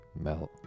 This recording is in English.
melt